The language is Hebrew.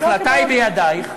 ההחלטה היא בידייך.